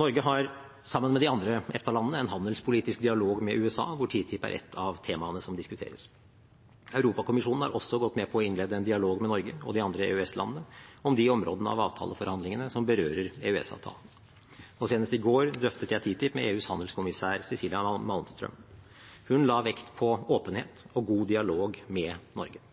Norge har, sammen med de andre EFTA-landene, en handelspolitisk dialog med USA, hvor TTIP er ett av temaene som diskuteres. Europakommisjonen har også gått med på å innlede en dialog med Norge og de andre EØS-landene om de områdene av avtaleforhandlingene som berører EØS-avtalen. Senest i går drøftet jeg TTIP med EUs handelskommissær, Cecilia Malmström. Hun la vekt på åpenhet og god dialog med Norge.